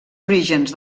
orígens